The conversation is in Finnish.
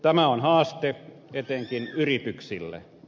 tämä on haaste etenkin yrityksille